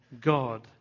God